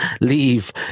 leave